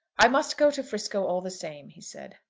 i must go to frisco all the same, he said.